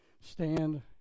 stand